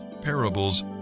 parables